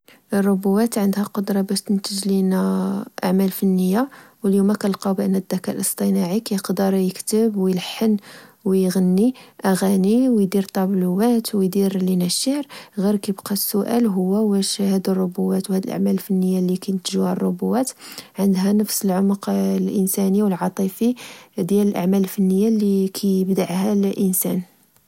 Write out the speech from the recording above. الروبووات عندها القدرة باش تنتج لنا أعمال فنية ، ليوما كنلقاو بأن اادكاء الاصطناعي كقدر يكتب، ولحن، وغني أغاني، ودير طابلوات، ودير لنا الشعر. غير كيقى السؤال هو واش هاد الروبووات وهاد الأعمال الفنية اللي كنتجوها الروبووات عندها نفس العمق الإنساني و العاطفي ديال الأعمال الفنية اللي كيبدعها الإنسان